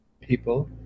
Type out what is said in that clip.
people